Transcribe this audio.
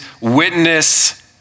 witness